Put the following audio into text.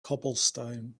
cobblestone